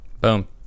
Boom